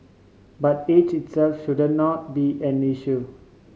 but age itself shouldn't now be an issue